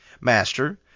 Master